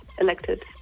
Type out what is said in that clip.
elected